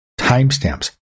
timestamps